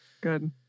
Good